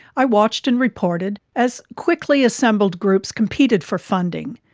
i watched and reported as quickly assembled groups competed for funding,